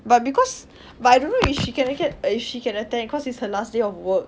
but because but I don't know if she cannot get err if she can attend cause it's her last of work